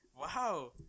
Wow